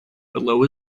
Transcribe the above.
below